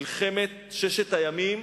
מלחמת ששת הימים,